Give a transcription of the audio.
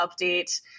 update